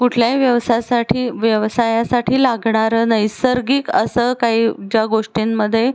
कुठल्याही व्यवसायासाठी व्यवसायासाठी लागणारं नैसर्गिक असं काही ज्या गोष्टींमध्ये